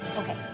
Okay